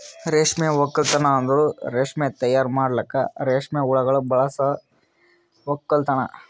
ರೇಷ್ಮೆ ಒಕ್ಕಲ್ತನ್ ಅಂದುರ್ ರೇಷ್ಮೆ ತೈಯಾರ್ ಮಾಡಲುಕ್ ರೇಷ್ಮೆ ಹುಳಗೊಳ್ ಬಳಸ ಒಕ್ಕಲತನ